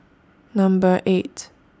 Number eight